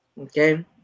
Okay